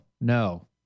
no